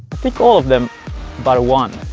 think all of them but one.